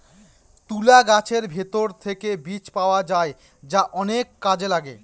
তুলা গাছের ভেতর থেকে বীজ পাওয়া যায় যা অনেক কাজে লাগে